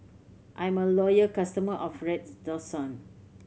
I'm a loyal customer of Redoxon